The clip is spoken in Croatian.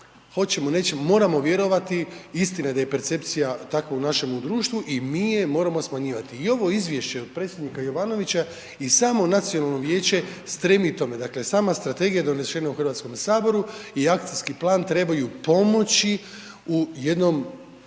moramo vjerovati istina da je percepcija takva u našem društvu i mi je moramo smanjivati. I ovo izvješće od predsjednika Jovanovića i samo Nacionalno vijeće stremi tome. Dakle sama Strategija donesena u Hrvatskom saboru i Akcijski plan trebaju pomoći u jednom